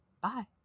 Bye